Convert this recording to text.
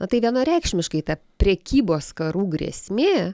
na tai vienareikšmiškai ta prekybos karų grėsmė